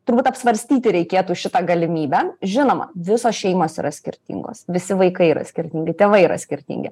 turbūt apsvarstyti reikėtų šitą galimybę žinoma visos šeimos yra skirtingos visi vaikai yra skirtingi tėvai yra skirtingi